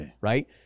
Right